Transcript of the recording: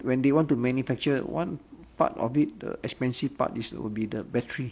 when they want to manufacture one part of it the expensive part is will be the battery